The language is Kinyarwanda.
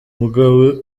mugabe